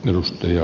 arvoisa puhemies